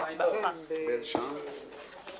בשעה 11:55.